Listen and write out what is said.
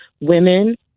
Women